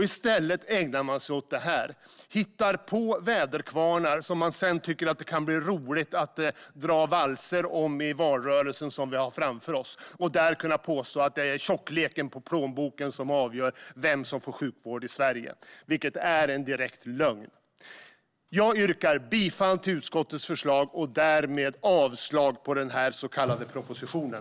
I stället ägnar man sig åt detta: hittar på väderkvarnar som man tycker att det kan bli roligt att dra valser om i den valrörelse vi har framför oss, för att kunna påstå att det är tjockleken på plånboken som avgör vem som får sjukvård i Sverige - en direkt lögn. Jag yrkar bifall till utskottets förslag och därmed avslag på den så kallade propositionen.